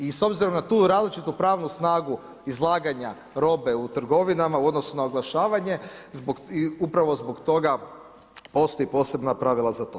I s obzirom na tu različitu pravnu snagu izlaganja robe u trgovinama u odnosu na oglašavanje i upravo zbog toga postoje posebna pravila za to.